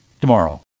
tomorrow